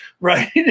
right